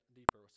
deeper